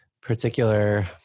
particular